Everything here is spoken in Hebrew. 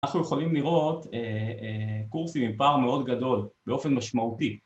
אנחנו יכולים לראות קורסים עם פער מאוד גדול באופן משמעותי